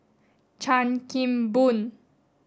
Chan Kim Boon